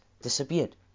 disappeared